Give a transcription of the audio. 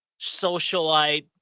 socialite